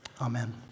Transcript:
Amen